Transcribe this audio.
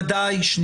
הסדר